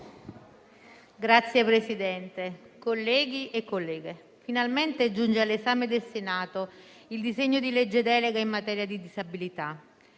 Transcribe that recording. Signor Presidente, colleghe e colleghi, finalmente giunge all'esame del Senato il disegno di legge delega in materia di disabilità,